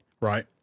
right